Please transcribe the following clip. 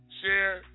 share